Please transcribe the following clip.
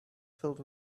filled